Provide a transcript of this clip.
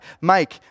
Mike